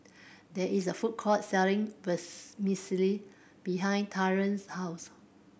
there is a food court selling behind Tylor's house